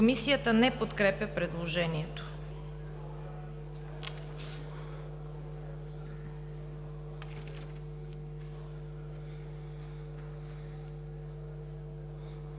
Комисията не подкрепя предложението.